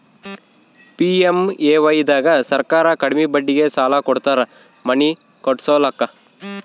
PMAY ದಾಗ ಸರ್ಕಾರ ಕಡಿಮಿ ಬಡ್ಡಿಗೆ ಸಾಲ ಕೊಡ್ತಾರ ಮನಿ ಕಟ್ಸ್ಕೊಲಾಕ